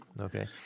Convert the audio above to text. Okay